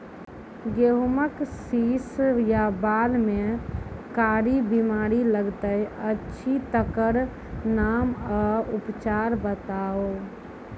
गेहूँमक शीश या बाल म कारी बीमारी लागतै अछि तकर नाम आ उपचार बताउ?